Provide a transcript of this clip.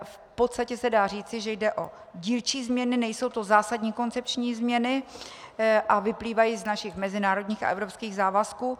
V podstatě se dá říci, že jde o dílčí změny, nejsou to zásadní koncepční změny a vyplývají z našich mezinárodních a evropských závazků.